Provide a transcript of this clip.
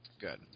Good